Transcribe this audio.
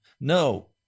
No